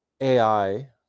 AI